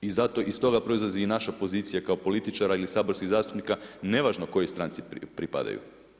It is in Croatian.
I zato iz toga proizlazi i naša pozicija kao političara ili saborskih zastupnika nevažno kojoj stranci pripadaju.